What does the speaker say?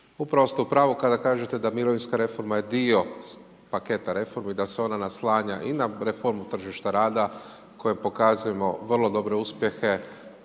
upravo ste u pravu, kada kažete da mirovinska reforma je dio paketa reformi i da se ona naslanja i na reformu tržišta rada, koji pokazujemo vrlo dobre uspjehe